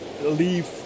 leave